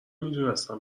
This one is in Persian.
میدونستم